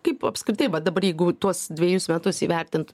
kaip apskritai va dabar jeigu tuos dvejus metus įvertint